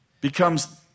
becomes